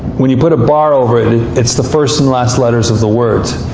when you put a bar over it, it's the first and last letters of the word.